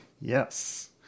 Yes